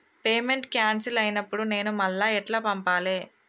Payment cancel అయినపుడు నేను మళ్ళా ఎట్ల పంపాలే?